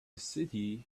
city